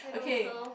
okay